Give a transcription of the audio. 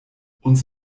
uns